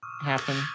happen